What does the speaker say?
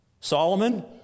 Solomon